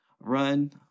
run